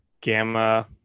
gamma